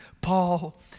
Paul